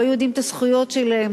והיו יודעים את הזכויות שלהם,